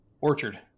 orchard